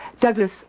Douglas